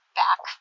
back